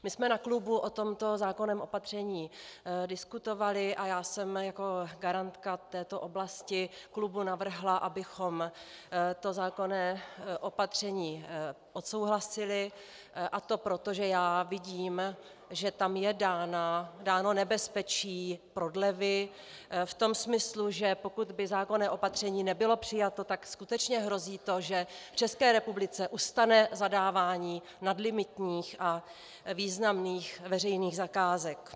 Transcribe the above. My jsem na klubu o tomto zákonném opatření diskutovali a já jsem jako garantka této oblasti klubu navrhla, abychom to zákonné opatření odsouhlasili, a to proto, že vidím, že tam je dáno nebezpečí prodlevy v tom smyslu, že pokud by zákonné opatření nebylo přijato, tak skutečně hrozí to, že v České republice ustane zadávání nadlimitních a významných veřejných zakázek.